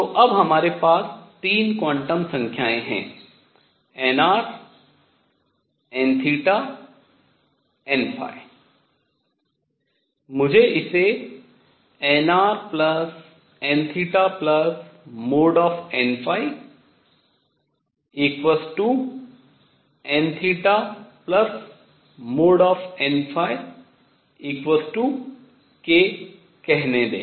तो अब हमारे पास 3 क्वांटम संख्याएँ हैं nrnn मुझे इसे nrnnnnk कहने दें